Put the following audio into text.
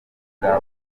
bwa